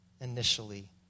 initially